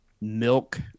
milk